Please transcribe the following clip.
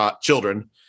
children